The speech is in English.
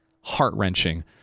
heart-wrenching